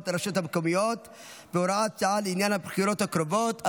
לרשויות המקומיות והוראות שעה לעניין הבחירות הקרובות,